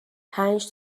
پنج